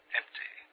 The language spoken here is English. empty